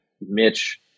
Mitch